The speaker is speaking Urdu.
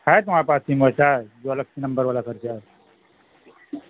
ہے تمہارے پاس سم ویسا جو الگ سے نمبر والا خرچہ ہے